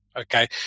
Okay